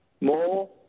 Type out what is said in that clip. more